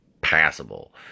passable